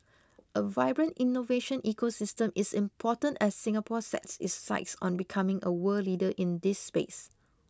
a vibrant innovation ecosystem is important as Singapore sets its sights on becoming a world leader in this space